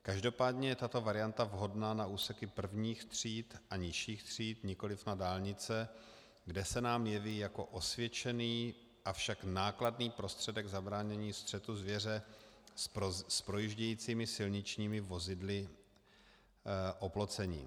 Každopádně je tato varianta vhodná na úseky prvních tříd a nižších tříd, nikoliv na dálnice, kde se nám jeví jako osvědčený, avšak nákladný prostředek zabránění střetu zvěře s projíždějícími silničními vozidly oplocení.